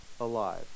alive